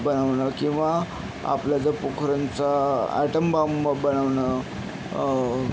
बनवणं किंवा आपला जो पोखरनचा ॲटम बॉम्ब बनवणं